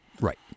Right